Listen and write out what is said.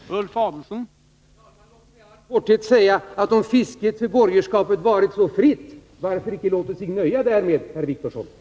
Herr talman! Låt mig i all korthet säga: Om fisket för borgerskapet varit så fritt som det påstås, varför inte låta sig nöja därmed, herr Wictorsson?